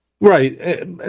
Right